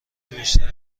بیشتر